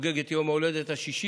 חוגג את יום ההולדת השישים,